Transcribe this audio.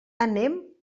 anem